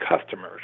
customers